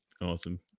Awesome